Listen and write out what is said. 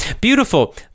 beautiful